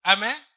Amen